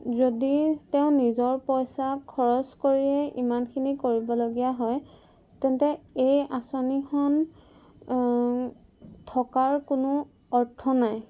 যদি তেওঁ নিজৰ পইচা খৰচ কৰিয়েই ইমানখিনি কৰিবলগীয়া হয় তেন্তে এই আঁচনিখন থকাৰ কোনো অৰ্থ নাই